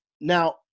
Now